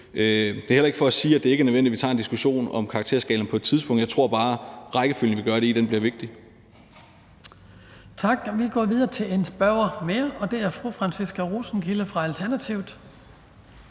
det er heller ikke for at sige, at det ikke er nødvendigt, at vi tager en diskussion om karakterskalaen på et tidspunkt, men jeg tror bare, at rækkefølgen, vi gør det i, bliver vigtig. Kl. 18:09 Den fg. formand (Hans Kristian Skibby): Tak. Vi går videre til en spørger mere, og det er fru Franciska Rosenkilde fra Alternativet.